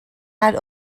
had